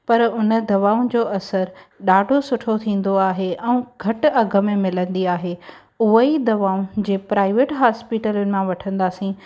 पर उन दवाउनि जो असरु ॾाढो सुठो थींदो आहे ऐं घटि अघु में मिलंदी आहे उहोई दवाऊं जे प्राइवेट हॉस्पिटलुनि मां वठंदासीं